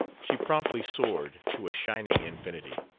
she promptly soared to a shining infinity.